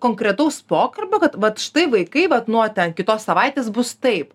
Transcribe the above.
konkretaus pokalbio kad vat štai vaikai vat nuo ten kitos savaitės bus taip